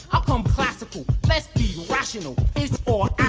i'll come classical. let's be rational, it's